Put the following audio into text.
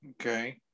Okay